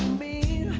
be